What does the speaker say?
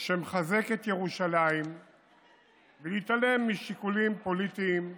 שמחזק את ירושלים ולהתעלם משיקולים פוליטיים צרים.